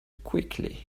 quickly